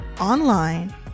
online